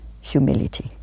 humility